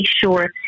sure